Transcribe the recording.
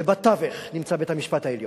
ובתווך נמצא בית-המשפט העליון,